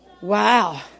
Wow